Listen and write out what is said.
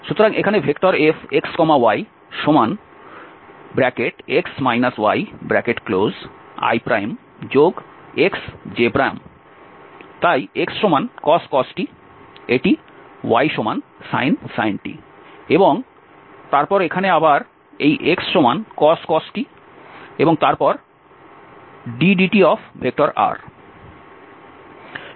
সুতরাং এখানে Fxyx yixj তাই xcos t এটি ysin t এবং তারপর এখানে আবার এই xcos t এবং তারপর drdt